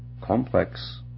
complex